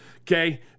okay